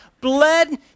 bled